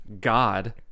God